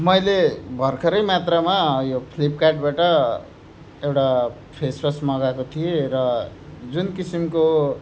मैले भर्खरै मात्रमा यो फ्लिपकार्टबाट एउटा फेसवास मगाएको थिएँ र जुन किसिमको